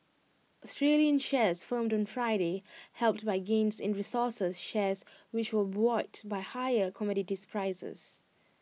Australian shares firmed on Friday helped by gains in resources shares which were buoyed by higher commodities prices